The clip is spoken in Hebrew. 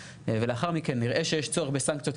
ולאחר מכן נראה שיש צורך בסנקציות,